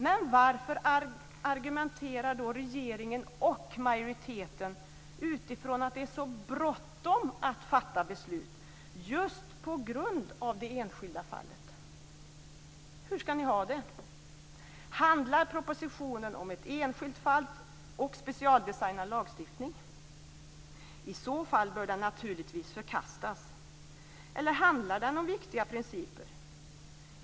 Men varför argumenterar då regeringen och majoriteten utifrån att det är så bråttom att fatta beslut just på grund av det enskilda fallet? Hur ska ni ha det? Handlar propositionen om ett enskilt fall och om specialdesignad lagstiftning? I så fall bör den naturligtvis förkastas. Eller handlar den om viktiga principer?